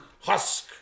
Husk